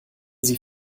sie